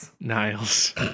Niles